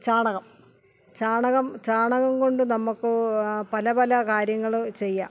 ചാണകം ചാണകം ചാണകം കൊണ്ടു നമുക്ക് പലപല കാര്യങ്ങള് ചെയ്യാം